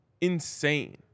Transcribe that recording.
Insane